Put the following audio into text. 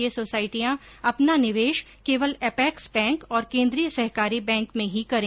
ये सोसायटियां अपना निवेश केवल अपेक्स बैंक और केन्द्रीय सहकारी बैंक में ही करें